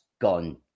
gone